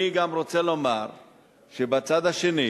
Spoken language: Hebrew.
אני גם רוצה לומר שבצד השני,